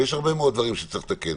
ויש הרבה מאוד דברים שצריך לתקן.